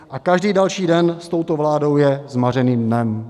A každý další den s touto vládou je zmařeným dnem.